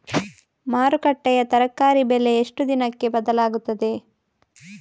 ಮಾರುಕಟ್ಟೆಯ ತರಕಾರಿ ಬೆಲೆ ಎಷ್ಟು ದಿನಕ್ಕೆ ಬದಲಾಗುತ್ತದೆ?